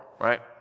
right